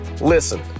Listen